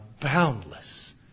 boundless